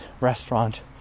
restaurant